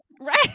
Right